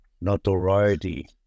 notoriety